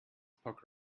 poke